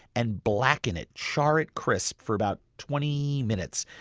and blacken it, char it crisp, for about twenty minutes.